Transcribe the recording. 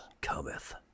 cometh